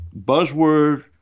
buzzword